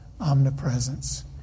omnipresence